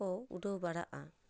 ᱠᱚ ᱩᱰᱟᱹᱣ ᱵᱟᱲᱟᱭᱟ